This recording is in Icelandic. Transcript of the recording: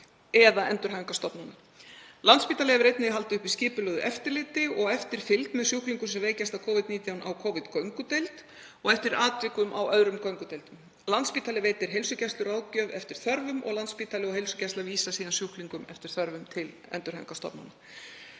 eða endurhæfingarstofnana. Landspítali hefur einnig haldið uppi skipulögðu eftirliti og eftirfylgd með sjúklingum sem veikjast af Covid-19 á Covid-göngudeild og eftir atvikum á öðrum göngudeildum. Landspítalinn veitir heilsugæslu ráðgjöf eftir þörfum og Landspítalinn og heilsugæslan vísa síðan sjúklingum eftir þörfum til endurhæfingarstofnana.